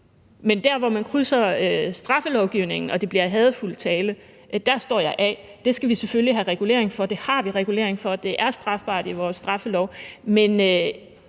Men der, hvor man krydser grænsen i straffelovgivningen, og hvor det bliver hadefuld tale, står jeg af. Det skal vi selvfølgelig have regulering for, og det har vi regulering for – det er strafbart ifølge vores straffelov – men